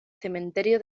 cementerio